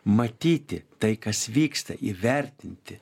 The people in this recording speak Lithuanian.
matyti tai kas vyksta įvertinti